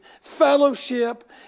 fellowship